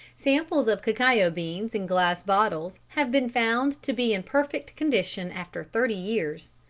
samples of cacao beans in glass bottles have been found to be in perfect condition after thirty years.